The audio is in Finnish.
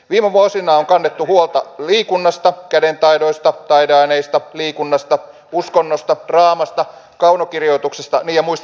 viime vuosina on kannettu huolta liikunnasta kädentaidoista taideaineista liikunnasta uskonnosta draamasta kaunokirjoituksesta niin ja muistinhan sanoa